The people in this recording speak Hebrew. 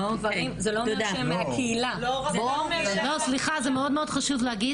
זה לא אומר שהם מהקהילה, זה מאוד חשוב להגיד